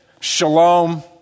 shalom